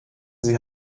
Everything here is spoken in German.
sie